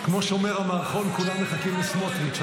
וכמו שאומר המערכון: כולם מחכים לסמוטריץ'.